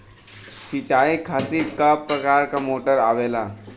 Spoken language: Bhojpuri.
सिचाई खातीर क प्रकार मोटर आवेला?